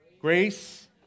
Grace